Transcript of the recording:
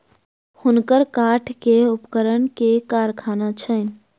हुनकर काठ के उपकरणक कारखाना छैन